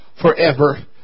forever